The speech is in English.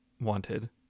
wanted